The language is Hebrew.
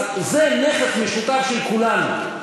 אז זה נכס משותף של כולנו,